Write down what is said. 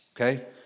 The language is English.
okay